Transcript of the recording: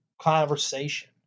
conversation